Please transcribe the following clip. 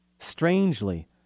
strangely